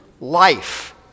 life